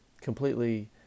completely